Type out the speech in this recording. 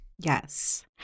Yes